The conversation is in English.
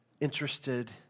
interested